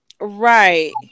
Right